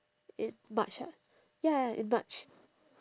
in march ah ya ya in march